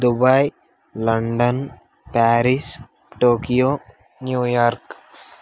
Dubai London Paris Tokyo New York